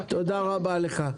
תודה רבה לך.